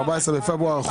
בפברואר.